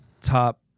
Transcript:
top